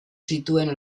zituen